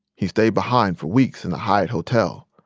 he stayed behind for weeks in the hyatt hotel,